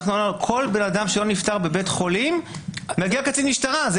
כל בן אדם שלא נפטר בבית חולים, מגיע קצין משטרה.